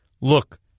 look